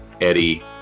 Eddie